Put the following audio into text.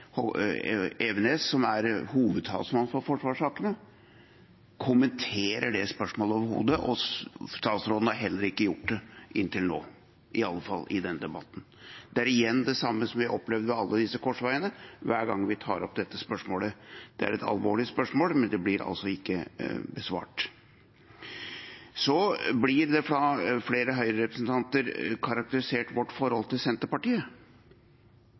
som er hovedtalsmann for forsvarssakene, kommenterer det spørsmålet overhodet. Statsråden har heller ikke gjort det til nå, iallfall ikke i denne debatten. Det er igjen det samme vi har opplevd ved alle disse korsveiene hver gang vi tar opp dette spørsmålet. Det er et alvorlig spørsmål, men det blir altså ikke besvart. Flere Høyre-representanter karakteriserer vårt forhold til Senterpartiet.